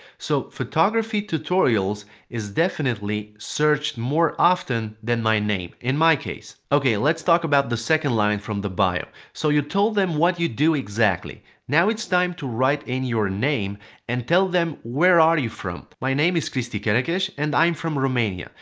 so photography tutorials is definitely searched more often than my name. in my case. ok, let's talk about the second line from the bio. so you told them what you do exactly, now it's time to write in your name and to tell them where are you from. my name is cristi kerekes and i'm from romania.